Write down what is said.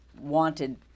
wanted